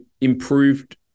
improved